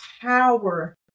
power